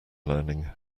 learning